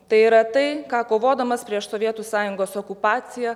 tai yra tai ką kovodamas prieš sovietų sąjungos okupaciją